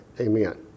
amen